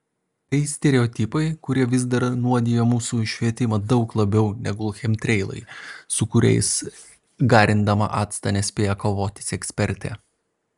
tai stereotipai kurie vis dar nuodija mūsų švietimą daug labiau negu chemtreilai su kuriais garindama actą nespėja kovoti sekspertė